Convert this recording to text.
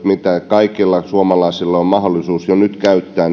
mitä kaikilla suomalaisilla on mahdollisuus jo nyt käyttää